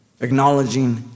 Acknowledging